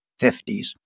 50s